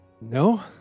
No